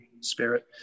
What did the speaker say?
spirit